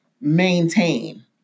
maintain